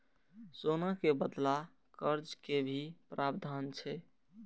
सोना के बदला कर्ज के कि प्रावधान छै?